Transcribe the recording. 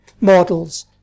models